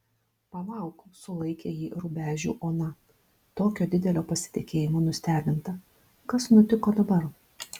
palauk sulaikė jį rubežių ona tokio didelio pasitikėjimo nustebinta kas nutiko dabar